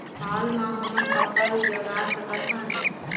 हाल मा हमन पताल जगा सकतहन?